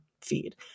feed